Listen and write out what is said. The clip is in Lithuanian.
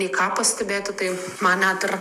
nei ką pastebėtų kaip man atrodo